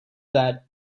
that